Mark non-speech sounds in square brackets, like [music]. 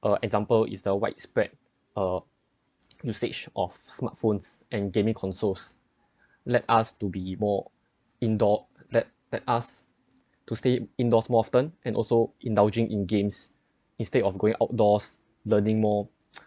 uh example is the widespread uh usage of smartphones and gaming consoles let us to be more indoor let let us to stay indoors more often and also indulging in games instead of going outdoors learning more [noise]